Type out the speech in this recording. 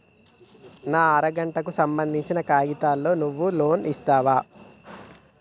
నా అర గంటకు సంబందించిన కాగితాలతో నువ్వు లోన్ ఇస్తవా?